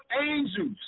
angels